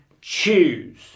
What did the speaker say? choose